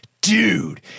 Dude